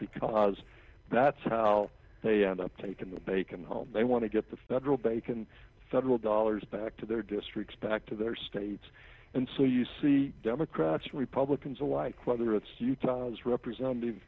because that's how they end up taking the bacon home they want to get the federal bacon federal dollars back to their districts back to their states and so you see democrats and republicans alike whether it's utah's representative